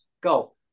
Go